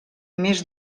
més